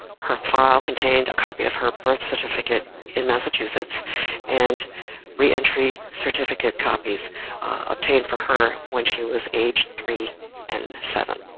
her file contained a copy of her birth certificate in massachusetts and re-entry certificate copies obtained for her when she was aged three and seven.